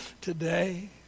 today